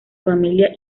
familia